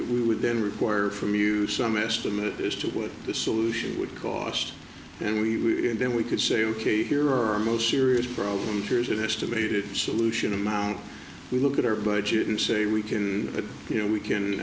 we would then require from you some estimate as to what the solution would cost and we then we could say ok here are our most serious problems here's an estimated solution amount we look at our budget and say we can you know we can